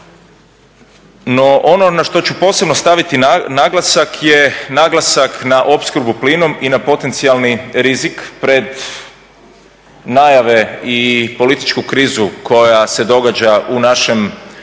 No, ono na što ću posebno staviti naglasak je naglasak na opskrbu plinom i na potencijalni rizik pred najave i političku krizu koja se događa u našem sad